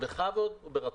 בכבוד וברצון.